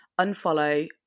unfollow